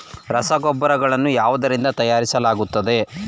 ರಸಗೊಬ್ಬರಗಳನ್ನು ಯಾವುದರಿಂದ ತಯಾರಿಸಲಾಗುತ್ತದೆ?